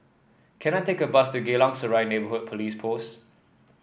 can I take a bus to Geylang Serai Neighbourhood Police Post